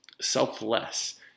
selfless